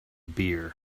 beer